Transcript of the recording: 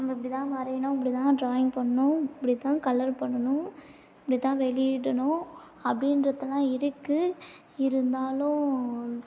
நம்ம இப்படி தான் வரையணும் இப்படி தான் ட்ராயிங் பண்ணணும் இப்படி தான் கலர் பண்ணுனும் இப்படி தான் வெளியிடணும் அப்படின்றதுலாம் இருக்குது இருந்தாலும்